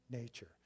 nature